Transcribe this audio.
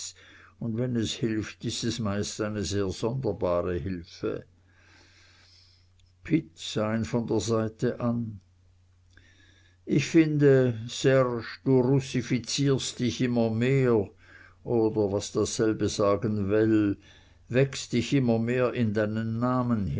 und wenn es hilft ist es meist eine sehr sonderbare hilfe pitt sah ihn von der seite her an ich finde serge du russifizierst dich immer mehr oder was dasselbe sagen will wächst dich immer mehr in deinen namen